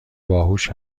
باهوش